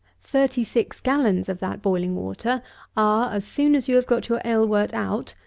thirty-six gallons of that boiling water are, as soon as you have got your ale-wort out,